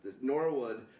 Norwood